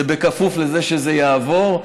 זה בכפוף לזה שזה יעבור,